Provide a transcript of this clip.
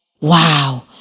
Wow